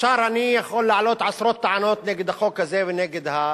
אני יכול להעלות עשרות טענות נגד החוק הזה ונגד ההתנדבות.